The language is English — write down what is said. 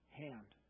hand